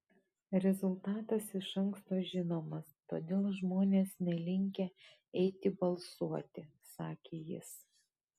rezultatas iš anksto žinomas todėl žmonės nelinkę eiti balsuoti sakė jis